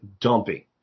dumping